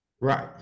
right